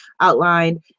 outlined